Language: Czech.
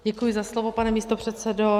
Děkuji za slovo, pane místopředsedo.